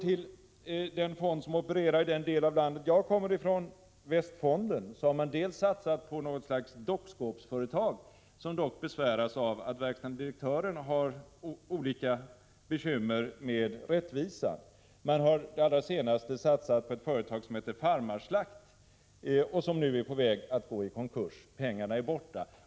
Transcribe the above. I den fond som opererar i den del av landet jag kommer ifrån, Västfonden, har man satsat på ett slags dockskåpsföretag, som dock besväras av att verkställande direktören har olika bekymmer med rättvisan. Nu allra senast har man satsat på ett företag som heter Farmarslakt, som nu är på väg att gå i konkurs. Pengarna är borta.